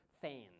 fans